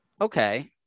okay